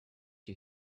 you